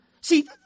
See